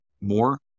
more